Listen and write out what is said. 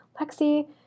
Lexi